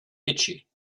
itchy